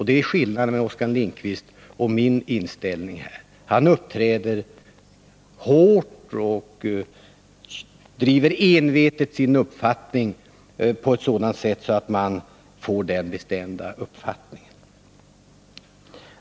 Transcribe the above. Det är skillnaden mellan Oskar Lindkvists och mitt sätt att uppträda iden här frågan. Han uppträder hårt och driver envetet sin uppfattning på ett sådant sätt att man bestämt får det här intrycket.